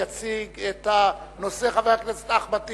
יציג את הנושא חבר הכנסת אחמד טיבי.